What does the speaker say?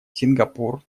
сингапур